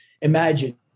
Imagine